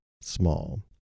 small